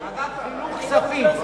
ועדת חינוך-כספים.